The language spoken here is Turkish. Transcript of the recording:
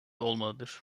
olmalıdır